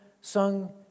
sung